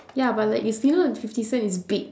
ya but like it's you know the fifty cent is big